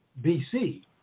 BC